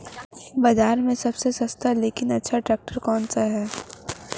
बाज़ार में सबसे सस्ता लेकिन अच्छा ट्रैक्टर कौनसा है?